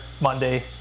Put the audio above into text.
Monday